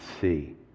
see